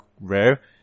rare